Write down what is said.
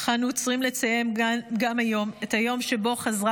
אך אנו עוצרים לציין היום גם את היום שבו חזרה